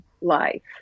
life